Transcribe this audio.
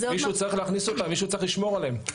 מישהו צריך להכניס אותם, מישהו צריך לשמור עליהם.